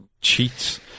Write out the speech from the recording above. Cheats